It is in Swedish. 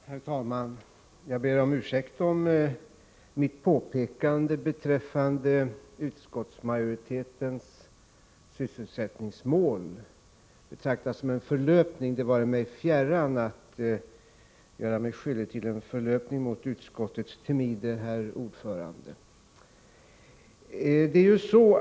Herr talman! Jag ber om ursäkt, om mitt påpekande beträffande utskottsmajoritetens sysselsättningsmål betraktas som en förlöpning. Det vare mig fjärran att göra mig skyldig till en förlöpning mot utskottets timide herr ordförande.